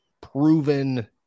proven